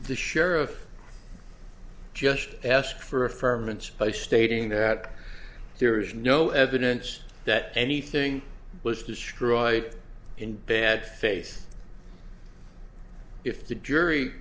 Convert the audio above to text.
the sheriff just asked for a firm and by stating that there is no evidence that anything was destroyed in bad face if the jury